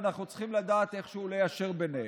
ואנחנו צריכים לדעת איכשהו ליישר ביניהם: